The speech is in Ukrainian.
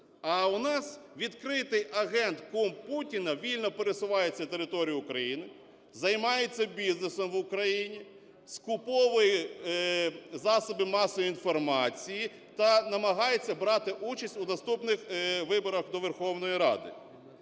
А у нас відкритий агент, кум Путіна, вільно пересувається територією України, займається бізнесом в Україні, скуповує засоби масової інформації та намагається брати участь у наступних виборах до Верховної Ради.